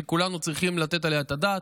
שכולנו צריכים לתת עליה את הדעת,